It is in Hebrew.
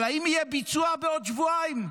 אבל האם יהיה ביצוע בעוד שבועיים?